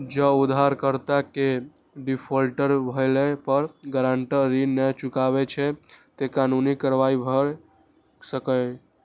जौं उधारकर्ता के डिफॉल्टर भेला पर गारंटर ऋण नै चुकबै छै, ते कानूनी कार्रवाई भए सकैए